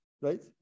right